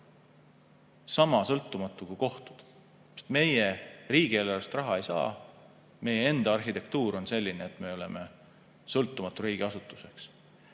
Sama sõltumatu kui kohtud, sest meie riigieelarvest raha ei saa. Meie enda arhitektuur on selline, et me oleme sõltumatu riigiasutus.